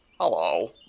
Hello